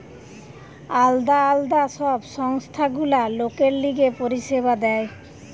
আলদা আলদা সব সংস্থা গুলা লোকের লিগে পরিষেবা দেয়